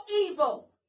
evil